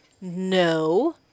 no